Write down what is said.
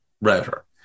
router